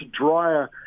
drier